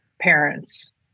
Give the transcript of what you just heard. parents